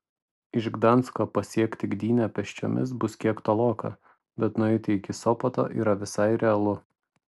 iš gdansko pasiekti gdynę pėsčiomis bus kiek toloka bet nueiti iki sopoto yra visai realu